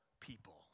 people